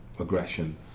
aggression